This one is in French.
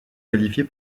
qualifiés